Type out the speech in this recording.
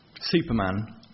Superman